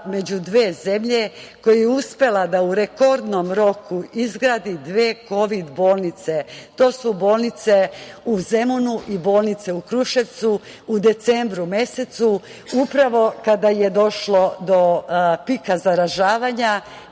među dve zemlje koja je uspela da u rekordnom roku izgradi dve kovid bolnice, to su bolnica u Zemunu i bolnica u Kruševcu u decembru mesecu, upravo kada je došlo do pika zaražavanja